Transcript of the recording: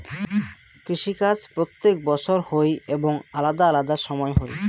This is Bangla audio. কৃষি কাজ প্রত্যেক বছর হই এবং আলাদা আলাদা সময় হই